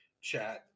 chat